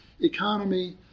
economy